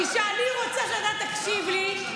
כשאני רוצה שאתה תקשיב לי,